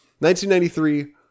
1993